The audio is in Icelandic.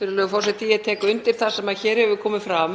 Virðulegur forseti. Ég tek undir það sem hér hefur komið fram.